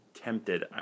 tempted